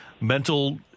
mental